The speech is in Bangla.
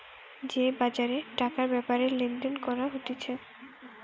যে বাজারে টাকার ব্যাপারে লেনদেন করা হতিছে